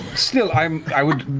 still, i um i would